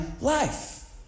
life